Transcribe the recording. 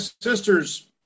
sister's